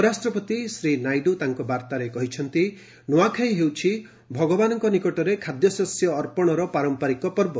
ଉପରାଷ୍ଟ୍ରପତି ଶ୍ରୀ ନାଇଡୁ ତାଙ୍କ ବାର୍ତ୍ତାରେ କହିଛନ୍ତି ନୂଆଖାଇ ହେଉଛି ଭଗବାନଙ୍କ ନିକଟରେ ଖାଦ୍ୟଶସ୍ୟ ଅର୍ପଣର ପାରମ୍ପରିକ ପର୍ବ